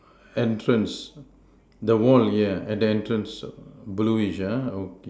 entrance the wall yeah at the entrance blueish ah okay